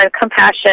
compassion